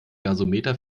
gasometer